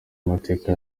amateka